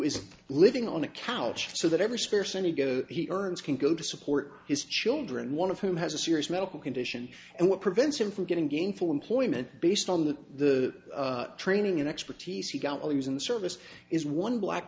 is living on a couch so that ever scarce money go he earns can go to support his children one of whom has a serious medical condition and what prevents him from getting gainful employment based on that the training and expertise he got he was in the service is one black